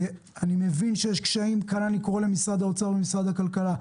אני מבין שיש קשיים וכאן אני קורא למשרד האוצר ולמשרד הכלכלה,